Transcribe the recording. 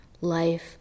life